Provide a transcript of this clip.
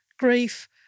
grief